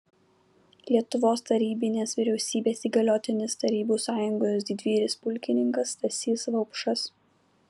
lietuvos tarybinės vyriausybės įgaliotinis tarybų sąjungos didvyris pulkininkas stasys vaupšas